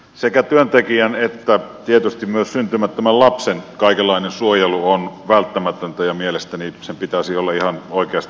sekä työntekijän että tietysti myös syntymättömän lapsen kaikenlainen suojelu on välttämätöntä ja mielestäni sen pitäisi olla ihan oikeasti itsestäänselvyys